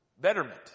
betterment